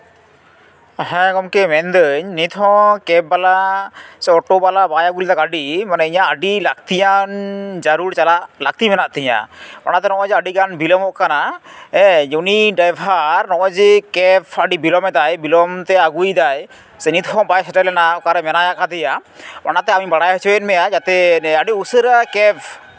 ᱦᱮᱸ ᱜᱚᱢᱠᱮ ᱢᱮᱱᱫᱟᱹᱧ ᱱᱤᱛᱦᱚᱸ ᱠᱮᱵᱽ ᱵᱟᱞᱟ ᱥᱮ ᱚᱴᱳᱵᱟᱞᱟ ᱵᱟᱭ ᱟᱹᱜᱩ ᱞᱮᱫᱟ ᱜᱟᱹᱰᱤ ᱢᱟᱱᱮ ᱤᱧᱟᱹᱜ ᱟᱹᱰᱤ ᱞᱟᱹᱠᱛᱤᱭᱟᱱ ᱡᱟᱹᱨᱩᱲ ᱪᱟᱞᱟᱜ ᱞᱟᱹᱠᱛᱤ ᱢᱮᱱᱟᱜ ᱛᱤᱧᱟᱹ ᱚᱱᱟᱛᱮ ᱱᱚᱜᱼᱚᱭ ᱡᱮ ᱟᱹᱰᱤᱜᱟᱱ ᱵᱤᱞᱚᱢᱚᱜ ᱠᱟᱱᱟ ᱩᱱᱤ ᱰᱟᱭᱵᱷᱟᱨ ᱱᱚᱜᱼᱚᱭ ᱡᱮ ᱠᱮᱵᱽ ᱟᱹᱰᱤ ᱵᱤᱞᱚᱢ ᱮᱫᱟᱭ ᱵᱤᱞᱚᱢ ᱛᱮ ᱟᱹᱜᱩᱭᱮᱫᱟᱭ ᱥᱮ ᱱᱤᱛᱦᱚᱸ ᱵᱟᱭ ᱥᱮᱴᱮᱨ ᱞᱮᱱᱟ ᱚᱠᱟᱨᱮ ᱢᱮᱱᱟᱭ ᱠᱟᱫᱮᱭᱟ ᱚᱱᱟᱛᱮ ᱟᱢᱤᱧ ᱵᱟᱲᱟᱭ ᱦᱚᱪᱚᱭᱮᱜ ᱢᱮᱭᱟ ᱡᱟᱛᱮ ᱟᱹᱰᱤ ᱩᱥᱟᱹᱨᱟ ᱠᱮᱵᱽ